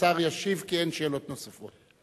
השר ישיב כי אין שאלות נוספות.